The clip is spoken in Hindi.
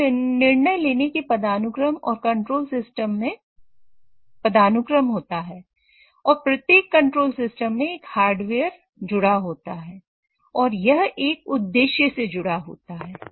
हमेशा निर्णय लेने के पदानुक्रम और कंट्रोल सिस्टम के पदानुक्रम होता है और प्रत्येक कंट्रोल सिस्टम से एक हार्डवेयर जुड़ा होता है और यह एक उद्देश्य से जुड़ा होता है